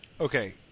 Okay